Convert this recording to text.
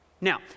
Now